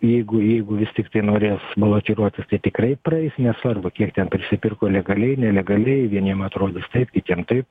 jeigu jeigu vis tiktai norės balotiruotis tai tikrai praeis nesvarbu kiek ten prisipirko legaliai nelegaliai vieniem atrodys taip kitiem taip